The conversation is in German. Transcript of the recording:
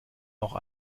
auch